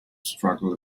struggle